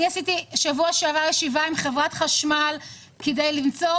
אני עשיתי בשבוע שעבר ישיבה עם חברת החשמל כדי למצוא